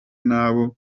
n’abo